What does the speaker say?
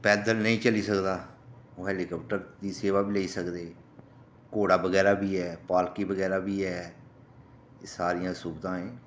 पैदल नेईं चली सकदा ओह् हेलीकॉप्टर दी सेवा बी लेई सकदे घोड़ा बगैरा बी ऐ पालकी बगैरा बी ऐ एह् सारियां सुविधां